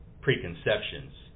preconceptions